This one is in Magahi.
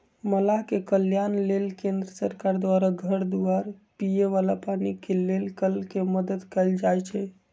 मलाह के कल्याण लेल केंद्र सरकार द्वारा घर दुआर, पिए बला पानी के लेल कल के मदद कएल जाइ छइ